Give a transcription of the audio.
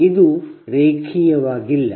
λ ಇದು ರೇಖೀಯವಾಗಿಲ್ಲ